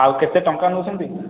ଆଉ କେତେ ଟଙ୍କା ନେଉଛନ୍ତି